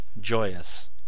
joyous